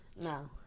No